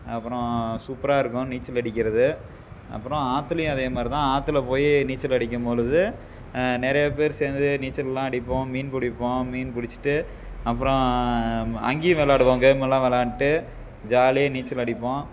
அப்புறம் சூப்பராக இருக்கும் நீச்சல் அடிக்கிறது அப்புறம் ஆற்றுலையும் அதே மாதிரி தான் ஆற்றுல போய் நீச்சல் அடிக்கும் பொழுது நிறைய பேர் சேர்ந்து நீச்சலெல்லாம் அடிப்போம் மீன் பிடிப்போம் மீன் பிடிச்சிட்டு அப்புறம் அங்கேயும் விளாடுவோம் கேமெல்லாம் விளாண்ட்டு ஜாலியாக நீச்சல் அடிப்போம்